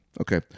Okay